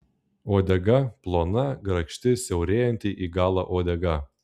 uodega plona grakšti siaurėjanti į galą uodega